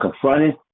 confronted